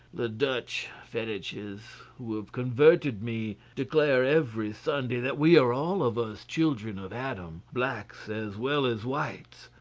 the dutch fetiches, who have converted me, declare every sunday that we are all of us children of adam blacks as well as whites.